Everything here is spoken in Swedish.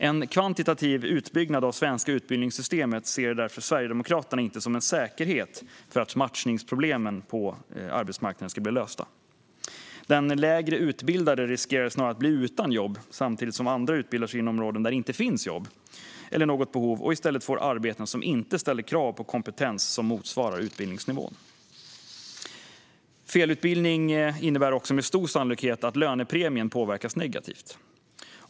En kvantitativ utbyggnad av det svenska utbildningssystemet ser Sverigedemokraterna därför inte som en garanti för att matchningsproblemen på arbetsmarknaden blir lösta. Den lägre utbildade riskerar snarare att bli utan jobb, samtidigt som andra utbildar sig inom områden där det inte finns jobb eller något behov och i stället får arbeten som inte ställer krav på kompetens som motsvarar utbildningsnivån. Felutbildning innebär också med stor sannolikhet att lönepremien påverkas negativt.